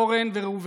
אורן וראובן.